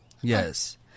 Yes